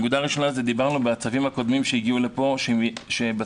נקודה ראשונה היא שדיברנו בצווים הקודמים שהגיעו לפה שבצווים